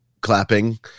clapping